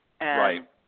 Right